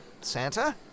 Santa